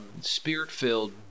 Spirit-filled